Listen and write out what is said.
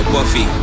Buffy